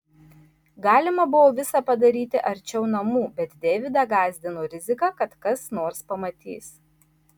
galima buvo visa padaryti arčiau namų bet deividą gąsdino rizika kad kas nors pamatys